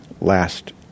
last